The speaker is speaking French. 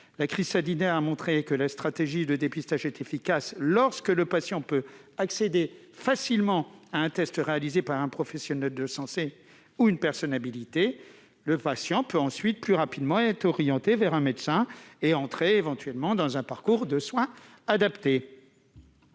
La crise sanitaire l'a démontré : la stratégie de dépistage est efficace lorsque le patient peut accéder facilement à un test réalisé par un professionnel de santé ou une personne habilitée. Le patient peut ensuite être orienté plus rapidement vers un médecin et entrer éventuellement dans un parcours de soins adapté.